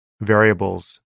variables